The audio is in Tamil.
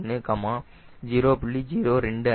021 0